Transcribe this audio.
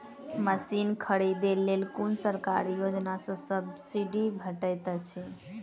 Machine खरीदे लेल कुन सरकारी योजना सऽ सब्सिडी भेटैत अछि?